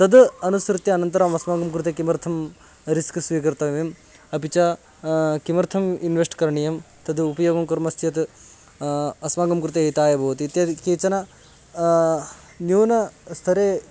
तद् अनुसृत्य अनन्तरम् अस्माकं कृते किमर्थं रिस्क् स्वीकर्तव्यम् अपि च किमर्थम् इन्वेस्ट् करणीयं तद् उपयोगं कुर्मश्चेत् अस्माकं कृते हिताय भवति इत्यादि केचन न्यूनस्तरे